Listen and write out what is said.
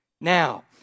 Now